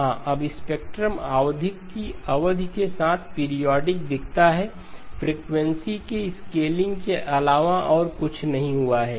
हां अब स्पेक्ट्रम आवधिक 25 की अवधि के साथ पीरियोडिक दिखता है फ्रीक्वेंसी के स्केलिंग के अलावा और कुछ नहीं हुआ है